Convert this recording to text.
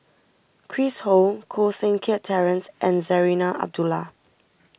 Chris Ho Koh Seng Kiat Terence and Zarinah Abdullah